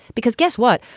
because guess what?